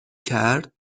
کرد